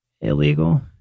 illegal